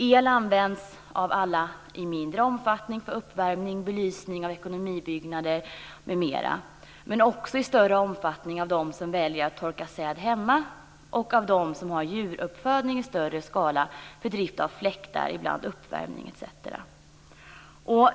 El används av alla i mindre omfattning för uppvärmning, belysning av ekonomibyggnader m.m., men också i större omfattning av dem som väljer att torka säd hemma och av dem som har djuruppfödning i större skala för drift av fläktar, uppvärmning etc.